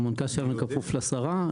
המנכ"ל שלנו כפוף לשרה.